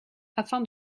afin